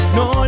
no